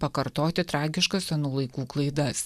pakartoti tragiškas senų laikų klaidas